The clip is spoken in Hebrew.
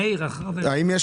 האם יש